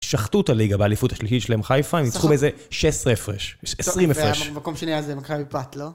שחטו את הליגה באליפות השלישית שלהם, חיפה, הם ניצחו באיזה 16 פרש, 20 פרש. במקום שני זה מכבי פת, לא?